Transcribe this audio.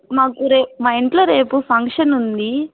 మాకు రే మా ఇంట్లో రేపు ఫంక్షన్ ఉంది